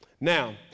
Now